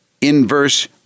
inverse